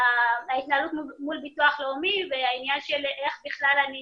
ההתנהלות מול ביטוח לאומי והעניין של איך בכלל אני